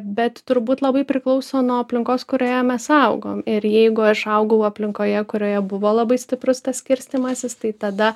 bet turbūt labai priklauso nuo aplinkos kurioje mes augom ir jeigu aš augau aplinkoje kurioje buvo labai stiprus tas skirstymasis tai tada